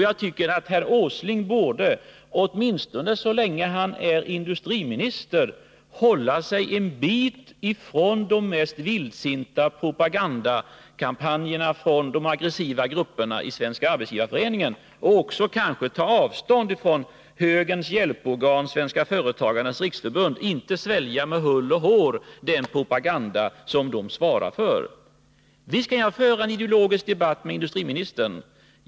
Jag tycker att herr Åsling borde, åtminstone så länge han är industriminister, hålla sig en bit ifrån de mest vildsinta propagandakampanjerna från de aggressiva grupperna i Svenska arbetsgivareföreningen och också ta avstånd från högerns hjälporgan Svenska företagares riksförbund i stället för att svälja med hull och hår den propaganda som de svarar för. Visst kan jag föra en ideologisk debatt med industriministern.